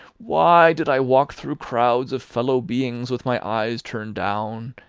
why did i walk through crowds of fellow-beings with my eyes turned down,